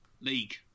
League